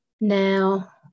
Now